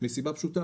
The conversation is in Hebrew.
מסיבה פשוטה,